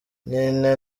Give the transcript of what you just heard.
nyina